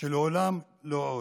שלעולם לא עוד.